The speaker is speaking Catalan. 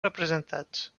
representats